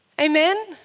Amen